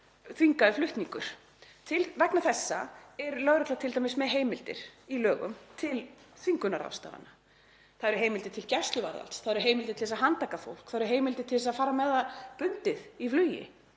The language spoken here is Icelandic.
þvingaður flutningur. Vegna þessa er lögregla t.d. með heimildir í lögum til þvingunarráðstafana. Það eru heimildir til gæsluvarðhalds, það eru heimildir til að handtaka fólk, það eru heimildir til þess að fara með það bundið í flugi.